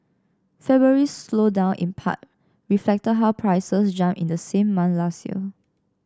February's slowdown in part reflected how prices jumped in the same month last year